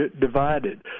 divided